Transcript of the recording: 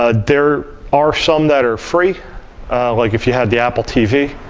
ah there are some that are free like if you had the apple tv.